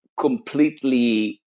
completely